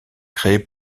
créé